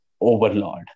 overlord